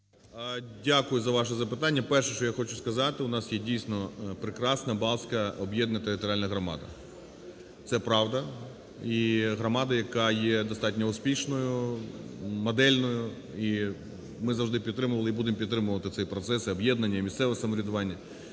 Дякую за ваше запитання. Перше, що я хочу сказати, у нас є, дійсно, прекрасна Балтська об'єднана територіальна громада. Це правда. І громада, яка є достатньо успішною, модельною, і ми завжди підтримували і будемо підтримувати цей процес і об'єднання, і місцевого самоврядування.